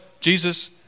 Jesus